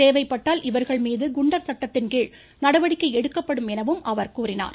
தேவைப்பட்டால் இவர்கள் மீது குண்டர் சட்டத்தின்கீழ் நடவடிக்கை எடுக்கப்படும் எனவும் அவர் கூறினார்